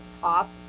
top